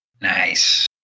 Nice